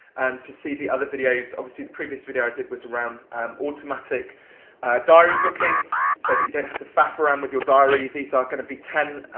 and to see the other videos. obviously, the previous video i did was around um automatic diary booking so that you don't have to faff around with your diary. these are gonna be ten,